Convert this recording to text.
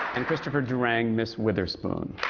and christopher durang, miss witherspoon.